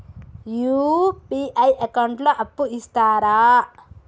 UPI account లో అప్పు ఇస్తరా?